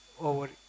over